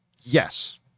Yes